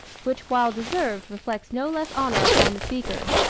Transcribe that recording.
which while deserved reflects no less honor upon the speaker.